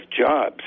jobs